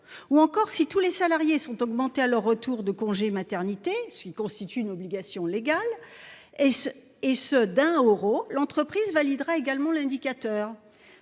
ou encore si tous les salariés sont augmentés à leur retour de congé maternité, ce qui constitue une obligation légale et ce et ceux d'un euro l'entreprise validera également l'indicateur